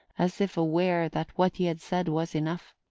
as if aware that what he had said was enough.